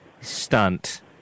stunt